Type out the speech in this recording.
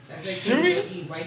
Serious